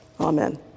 amen